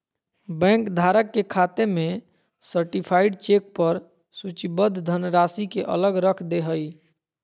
bank धारक के खाते में सर्टीफाइड चेक पर सूचीबद्ध धनराशि के अलग रख दे हइ